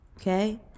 okay